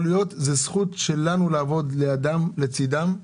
זו גם הזכות שלנו לעבוד לצידם של אנשים עם מוגבלויות,